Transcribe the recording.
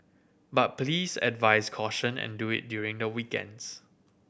but please advise caution and do it during the weekends